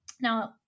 Now